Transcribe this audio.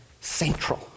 central